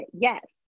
yes